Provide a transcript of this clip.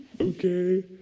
Okay